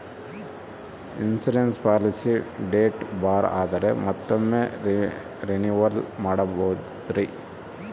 Insurance policy date ಬಾರ್ ಆದರೆ ಮತ್ತೊಮ್ಮೆ ರಿನಿವಲ್ ಮಾಡಬಹುದ್ರಿ?